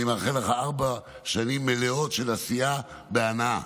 אני מאחל לך ארבע שנים מלאות של עשייה בהנאה.